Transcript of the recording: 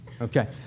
okay